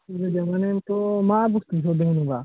मा बुस्थु बिहरदोंमोनबा